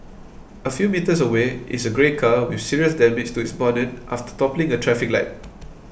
a few metres away is a grey car with serious damage to its bonnet after toppling a traffic light